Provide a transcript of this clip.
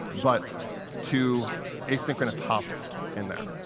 but two asynchronous hops in there.